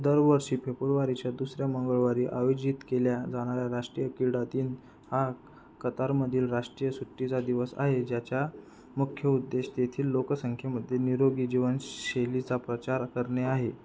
दरवर्षी फेब्रुवारीच्या दुसऱ्या मंगळवारी आयोजित केल्या जाणाऱ्या राष्ट्रीय क्रीडा दिन हा कतारमधील राष्ट्रीय सुट्टीचा दिवस आहे ज्याच्या मुख्य उद्देश तेथील लोकसंख्येमधे निरोगी जीवनशैलीचा प्रचार करणे आहे